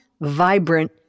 vibrant